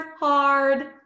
hard